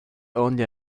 only